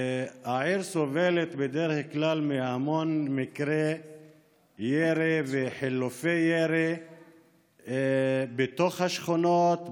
העיר סובלת בדרך כלל מהמון מקרי ירי וחילופי ירי בתוך השכונות,